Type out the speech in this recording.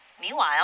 Meanwhile